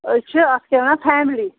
أسۍ چھِ اَتھ کیٛاہ ونان فیملی